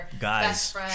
guys